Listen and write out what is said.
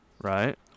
right